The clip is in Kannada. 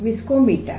ವಿಸ್ಕೋಮೀಟರ್